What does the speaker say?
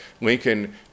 Lincoln